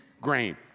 grain